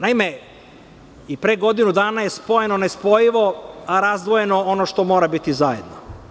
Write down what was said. Naime, pre godinu dana je spojeno nespojivo, a razdvojeno ono što mora biti zajedno.